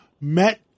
met